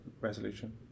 resolution